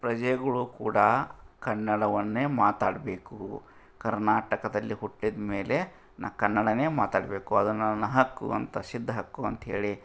ಪ್ರಜೆಗಳು ಕೂಡ ಕನ್ನಡವನ್ನೇ ಮಾತಾಡಬೇಕು ಕರ್ನಾಟಕದಲ್ಲಿ ಹುಟ್ಟಿದ್ಮೇಲೆ ನ ಕನ್ನಡನೇ ಮಾತಾಡಬೇಕು ಅದು ನನ್ನ ಹಕ್ಕು ಅಂತ ಸಿದ್ಧ ಹಕ್ಕು ಅಂತ್ಹೇಳಿ